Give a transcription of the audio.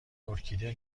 ارکیده